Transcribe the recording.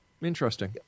Interesting